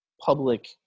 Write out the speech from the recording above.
public